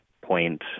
point